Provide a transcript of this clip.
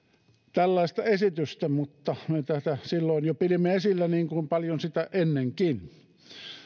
tällaista esitystä mutta me tätä silloin jo pidimme esillä niin kuin paljon sitä ennenkin